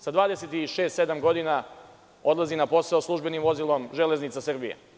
Sa 26, 27 godina odlazi na posao službenim vozilom „Železnica Srbije“